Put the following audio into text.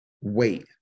Wait